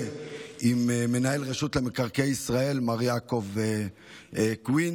עם מנהל רשות מקרקעי ישראל מר יעקב קוינט.